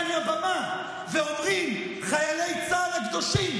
לכאן לבמה ואומרים "חיילי צה"ל הקדושים",